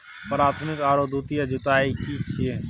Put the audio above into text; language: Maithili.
प्राथमिक आरो द्वितीयक जुताई की छिये?